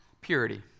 purity